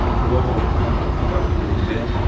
the water will come come back to them.